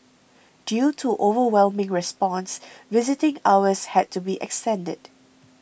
due to overwhelming response visiting hours had to be extended